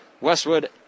Westwood